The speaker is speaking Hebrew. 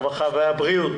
הרווחה והבריאות.